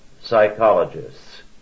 psychologists